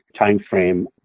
timeframe